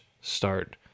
start